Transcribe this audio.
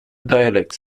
dialect